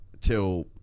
till